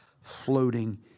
floating